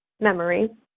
memory